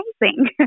amazing